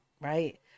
right